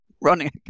running